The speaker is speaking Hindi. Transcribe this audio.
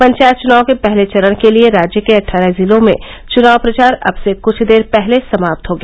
पंचायत चनाव के पहले चरण के लिये राज्य के अट्ठारह जिलों में चुनाव प्रचार अब से कुछ देर पहले समाप्त हो गया